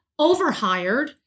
overhired